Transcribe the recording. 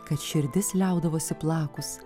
kad širdis liaudavosi plakus